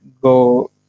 go